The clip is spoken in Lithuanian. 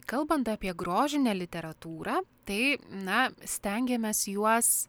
kalbant apie grožinę literatūrą tai na stengiamės juos